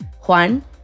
Juan